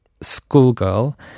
schoolgirl